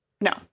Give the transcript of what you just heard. no